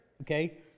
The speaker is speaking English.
okay